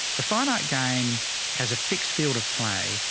the finite game has a fixed field of play.